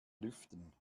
lüften